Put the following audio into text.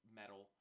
metal